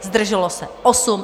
Zdrželo se 8.